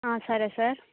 సరే సార్